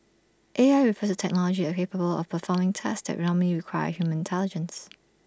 A I refers to technology A capable of performing tasks that normally require human intelligence